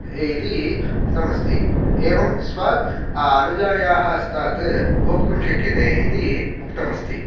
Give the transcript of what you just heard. इति उक्तमस्ति एवं स्व अनुजायाः हस्तात् भोक्तुं शक्यते इति उक्तमस्ति